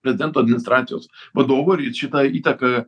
prezidento administracijos vadovo ir šita įtaka